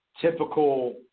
typical